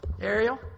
Ariel